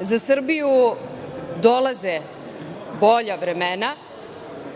za Srbiju dolaze bolja vremena.Za